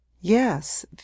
Yes